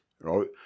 right